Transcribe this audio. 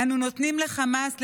אנו נותנים לחמאס,